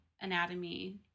anatomy